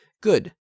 good